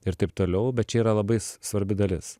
ir taip toliau bet čia yra labais svarbi dalis